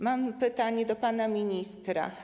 Mam pytanie do pana ministra.